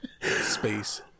space